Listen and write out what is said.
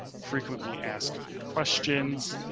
frequently asked questions,